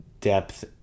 depth